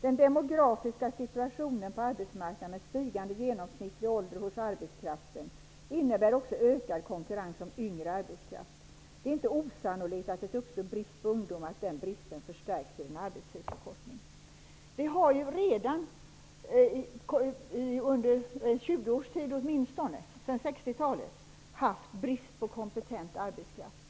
Den demografiska situationen på arbetsmarknaden med stigande genomsnittlig ålder hos arbetskraften innebär också ökad konkurrens om yngre arbetskraft. Det är inte osannolikt att det uppstår brist på ungdomar och att den bristen förstärks vid en arbetstidsförkortning. Vi har redan under 20 års tid åtminstone, sedan 60 talet, haft brist på kompetent arbetskraft.